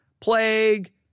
plague